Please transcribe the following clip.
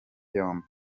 yombi